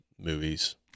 movies